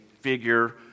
figure